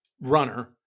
runner